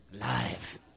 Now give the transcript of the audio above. live